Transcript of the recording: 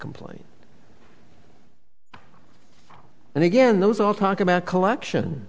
complaint and again those all talk about collection